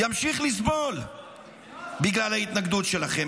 ימשיך לסבול בגלל ההתנגדות שלכם.